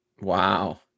wow